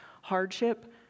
hardship